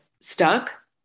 stuck